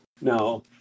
no